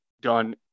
done